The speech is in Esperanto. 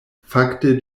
fakte